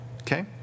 okay